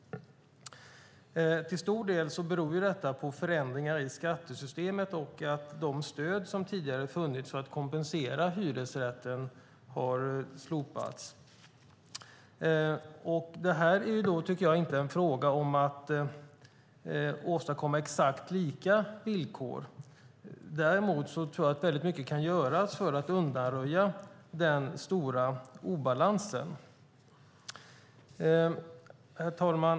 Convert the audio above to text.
Till stor del beror detta på förändringar i skattesystemet och på att de stöd som tidigare funnits för att kompensera hyresrätten har slopats. Det här är inte en fråga om att åstadkomma exakt lika villkor. Däremot tror jag att mycket kan göras för att undanröja den stora obalansen. Herr talman!